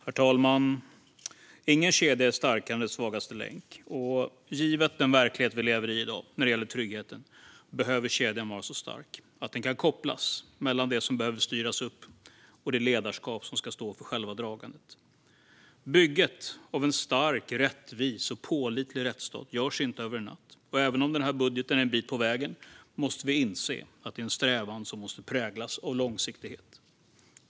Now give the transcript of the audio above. Herr talman! Ingen kedja är starkare än sin svagaste länk, och givet den verklighet vi i dag lever i när det gäller tryggheten behöver kedjan vara så stark att den kan kopplas mellan det som behöver styras upp och det ledarskap som ska stå för själva dragandet. Bygget av en stark, rättvis och pålitlig rättsstat görs inte över en natt, och även om denna budget är en bit på vägen måste vi inse att det är en strävan som måste präglas av långsiktighet.